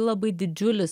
labai didžiulis